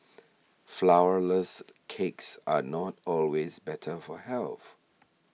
Flourless Cakes are not always better for health